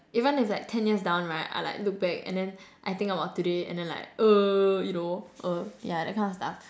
even if like ten years down right I like look back and then I think about today and then like err you know uh ya that kind of stuff